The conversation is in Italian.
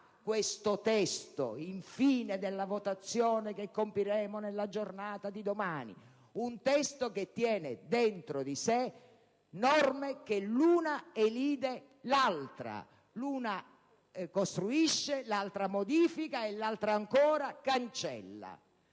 questo testo al termine della votazione che compiremo nella giornata di domani, poiché contiene norme di cui l'una elide l'altra, l'una costruisce, l'altra modifica e l'altra ancora cancella.